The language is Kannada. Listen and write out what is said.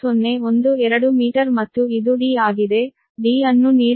012 ಮೀಟರ್ ಮತ್ತು ಇದು d ಆಗಿದೆ d ಅನ್ನು ನೀಡಲಾಗಿದೆ d 0